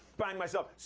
bang myself.